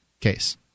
case